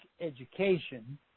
education